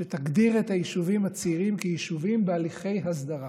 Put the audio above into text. שתגדיר את היישובים הצעירים כיישובים בהליכי הסדרה.